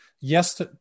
Yes